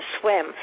swim